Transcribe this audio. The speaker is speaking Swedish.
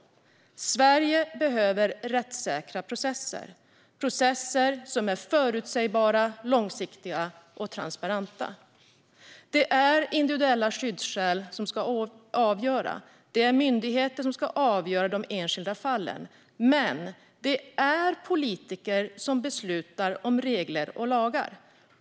Sverige behöver rättssäkra processer som är förutsägbara, långsiktiga och transparenta. Det är individuella skyddsskäl som ska avgöra, och det är myndigheter som ska avgöra de enskilda fallen. Men det är politiker som beslutar om regler och lagar.